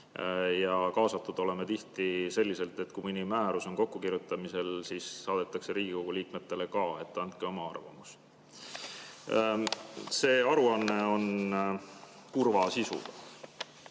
Kaasatud oleme tihti selliselt, et kui mõni määrus on kokkukirjutamisel, siis saadetakse Riigikogu liikmetele ka [kiri], et andke oma arvamus. See aruanne on kurva sisuga.